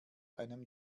einem